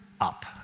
up